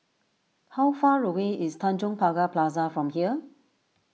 how far away is Tanjong Pagar Plaza from here